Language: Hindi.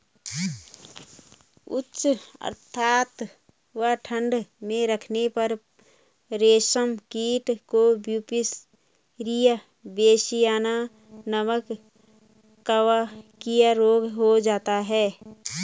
उच्च आद्रता व ठंड में रखने पर रेशम कीट को ब्यूवेरिया बेसियाना नमक कवकीय रोग हो जाता है